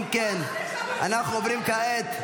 אם כן, אנחנו עוברים כעת,